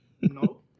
No